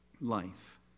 life